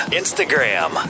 instagram